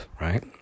right